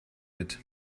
mit